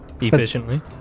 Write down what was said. Efficiently